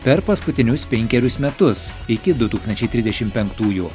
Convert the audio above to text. per paskutinius penkerius metus iki du tūkstančiai trisdešim penktųjų